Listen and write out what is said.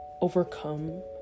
overcome